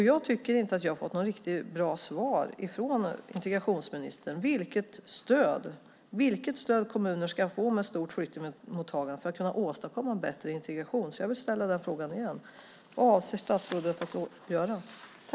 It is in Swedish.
Jag tycker inte att jag har fått något riktigt bra svar från integrationsministern om vilket stöd kommuner med stort flyktingmottagande ska få för att kunna åstadkomma bättre integration. Jag vill ställa frågan igen. Vad avser statsrådet att göra?